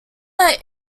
are